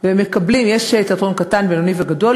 יש תיאטרון קטן, בינוני וגדול.